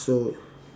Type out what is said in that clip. so